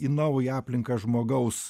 į naują aplinką žmogaus